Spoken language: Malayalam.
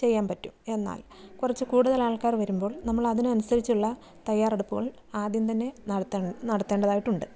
ചെയ്യാം പറ്റും എന്നാൽ കുറച്ച് കൂടുതൽ ആൾക്കാർ വരുമ്പോൾ നമ്മളതിനനുസരിച്ചുള്ള തയ്യാറെടുപ്പുകൾ ആദ്യം തന്നെ നടത്തൻ നടത്തേണ്ടതായിട്ടുണ്ട്